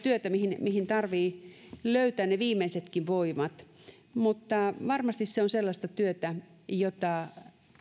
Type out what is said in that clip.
työtä mihin tarvitsee löytää ne viimeisetkin voimat mutta varmasti se on sellaista työtä jota